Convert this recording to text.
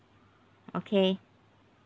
okay